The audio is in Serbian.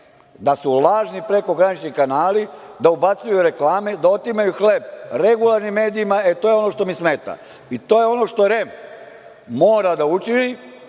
da su lažni prekogranični kanali, da ubacuju reklame, da otimaju hleb regulatornim medijima. E, to je ono što mi smeta. To je ono što REM mora da učini